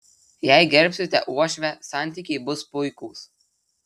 jei gerbsite uošvę santykiai bus puikūs